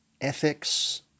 ethics